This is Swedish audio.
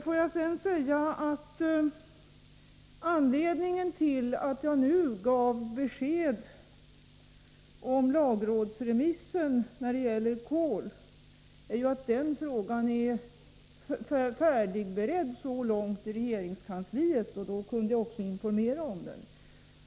Jag vill sedan säga att anledningen till att jag nu gav besked om lagrådsremissen när det gäller kol är att den frågan är färdigberedd i regeringskansliet så långt att jag kunde informera om den.